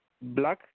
black